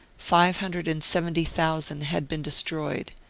five hundred and seventy thousand had been destroyed,